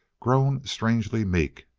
grown strangely meek.